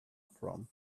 from